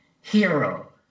hero